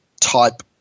type